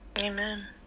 Amen